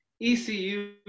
ECU